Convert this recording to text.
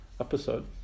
episode